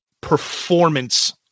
Performance